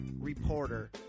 reporter